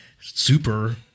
super